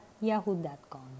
yahoo.com